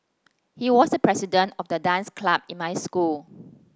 he was the president of the dance club in my school